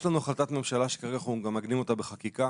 יש לנו החלטת ממשלה שכרגע אנחנו גם מעגנים אותה בחקיקה,